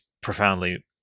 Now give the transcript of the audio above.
profoundly